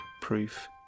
proof